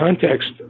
context